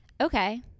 Okay